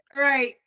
right